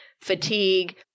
fatigue